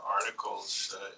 articles